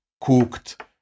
cooked